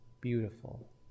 beautiful